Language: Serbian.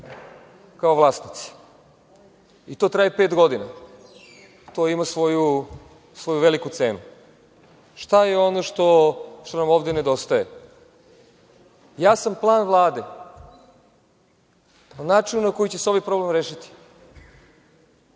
kao vlasnici. To traje pet godina. To ima svoju veliku cenu. Šta je ono što nam ovde nedostaje? Jasan plan Vlade i način na koji će se ovaj plan rešiti.